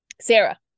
Sarah